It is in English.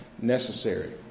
necessary